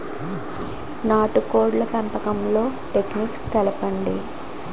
నాటుకోడ్ల పెంపకంలో టెక్నిక్స్ తెలుపండి?